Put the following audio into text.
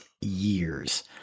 years